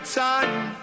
time